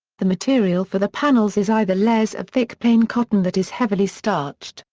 the material for the panels is either layers of thick plain cotton that is heavily starched,